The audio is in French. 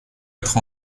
être